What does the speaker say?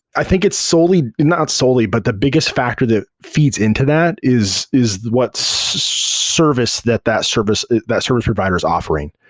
i think it's solely not solely, but the biggest factor that feeds into that is is what so service that that service that service provider is offering.